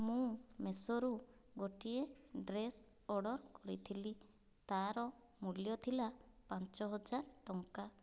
ମୁଁ ମିସୋରୁ ଗୋଟିଏ ଡ୍ରେସ୍ ଅର୍ଡ଼ର କରିଥିଲି ତାର ମୂଲ୍ୟ ଥିଲା ପାଞ୍ଚ ହଜାର ଟଙ୍କା